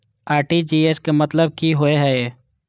RTGS के मतलब की होय ये?